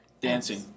Dancing